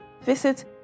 visit